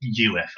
UFO